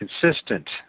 consistent